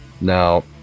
now